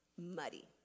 muddy